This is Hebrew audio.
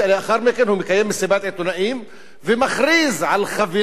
מסיבת עיתונאים ומכריז על חבילה של הטבות,